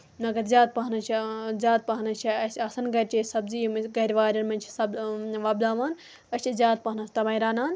مَگر زیادٕ پَہنَس چھِ زیادٕ پہنَس چھِ اَسہِ آسان گرچے سَبزی یِم أسۍ گرِ وارین منٛز چھِ سَپ وۄپداوان أسۍ چھِ زیادٕ پَہمَتھ تٔمَے رَنان